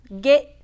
get